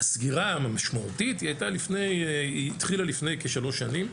הסגירה המשמעותית התחילה לפני כשלוש שנים.